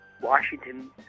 Washington